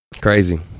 Crazy